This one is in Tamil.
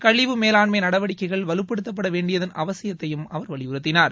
கழிவு மேலாண்மை நடவடிக்கைகள் வலுப்படுத்தப்பட வேண்டியதன் அவசியத்தையும் அவர் வலியுறுத்தினார்